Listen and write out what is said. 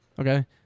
Okay